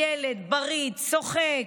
ילד בריא, צוחק,